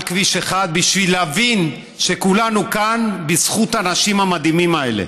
כביש 1 בשביל להבין שכולנו כאן בזכות האנשים המדהימים האלה.